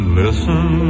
listen